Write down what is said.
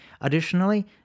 Additionally